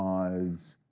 um was